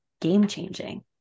game-changing